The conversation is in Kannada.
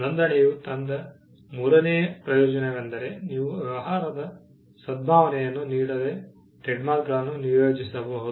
ನೋಂದಣಿಯು ತಂದ ಮೂರನೆಯ ಪ್ರಯೋಜನವೆಂದರೆ ನೀವು ವ್ಯವಹಾರದ ಸದ್ಭಾವನೆಯನ್ನು ನೀಡದೆ ಟ್ರೇಡ್ಮಾರ್ಕ್ಗಳನ್ನು ನಿಯೋಜಿಸಬಹುದು